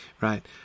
Right